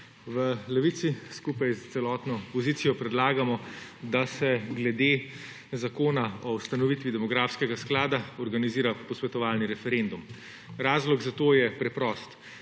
V Levici skupaj z celotno opozicijo predlagamo, da se glede Zakona o ustanovitvi demografskega sklada organizira posvetovalni referendum. Razlog za to je preprost: